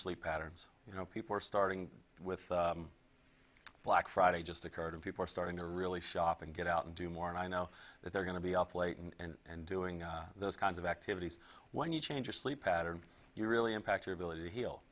sleep patterns you know people are starting with black friday just occurred and people are starting to really shop and get out and do more and i know that they're going to be up late and doing those kinds of activities when you change your sleep pattern you really impact your ability to heal